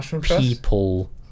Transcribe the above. people